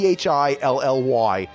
Philly